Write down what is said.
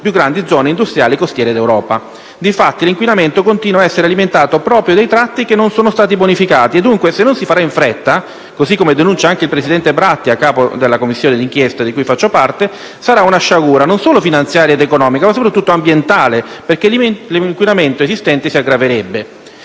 più grandi zone industriali costiere d'Europa; difatti, l'inquinamento continua ad essere alimentato proprio dai tratti che non sono stati bonificati e, dunque, se non si farà in fretta - cosi come denuncia anche il presidente Bratti a capo della Commissione d'inchiesta di cui faccio parte - sarà una sciagura non solo finanziaria e economica, ma soprattutto ambientale perché l'inquinamento esistente si aggraverebbe.